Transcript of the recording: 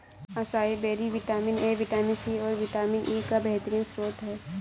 acai berry vitamin A, vitamin C, और vitamin E का बेहतरीन स्त्रोत है